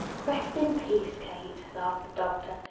rest in peace, kate, laughed the doctor.